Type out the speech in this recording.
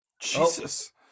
Jesus